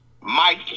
Mike